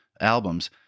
albums